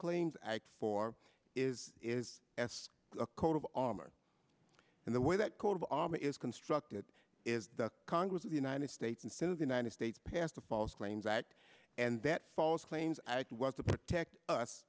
claims act for is is as a code of armor and the way that coat of arms is constructed is the congress of the united states instead of the united states passed a false claims act and that false claims act was to protect us